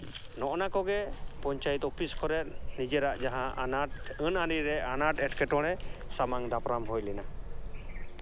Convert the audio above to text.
ᱱᱚᱜᱼᱱᱟ ᱠᱚᱜᱮ ᱯᱚᱧᱪᱟᱭᱮᱛ ᱚᱯᱷᱤᱥ ᱠᱚᱨᱮᱫ ᱱᱤᱡᱮᱨᱟᱜ ᱡᱟᱦᱟᱸ ᱟᱱᱟᱴ ᱟᱹᱱᱼᱟᱹᱨᱤ ᱨᱮ ᱟᱱᱟᱴ ᱮᱴᱠᱮᱴᱚᱬᱮ ᱥᱟᱢᱟᱝ ᱫᱟᱯᱨᱟᱢ ᱦᱩᱭ ᱞᱮᱱᱟ